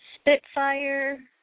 Spitfire